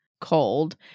cold